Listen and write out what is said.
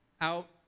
out